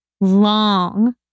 long